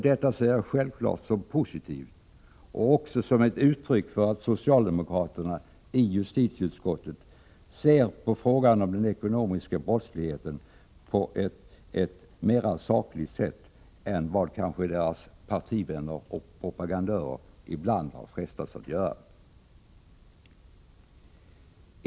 Detta ser jag självfallet som positivt och också som ett uttryck för att socialdemokraterna i justitieutskottet betraktar frågan om den ekonomiska brottsligheten på ett mera sakligt sätt än vad kanske deras partivänner och propagandörer ibland har frestats att göra.